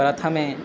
प्रथमम्